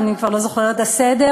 אני כבר לא זוכרת את הסדר,